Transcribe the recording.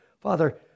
Father